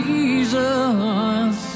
Jesus